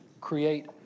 create